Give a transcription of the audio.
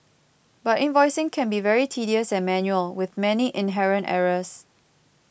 but invoicing can be very tedious and manual with many inherent errors